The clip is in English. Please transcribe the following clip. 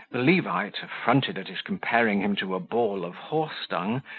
the levite, affronted at his comparing him to a ball of horse-dung,